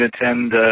attend